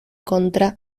contra